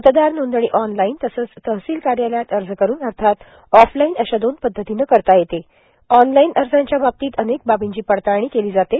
मतदार नोंदणी ऑनलाईन तसेच तहसील कार्यालयात अर्ज करुन अर्थात ऑफलाईन अशा दोन पद्धतीने करता येते ऑनलाईन अर्जाच्या बाबतीत अनेक बाबींची पडताळणी केली जाते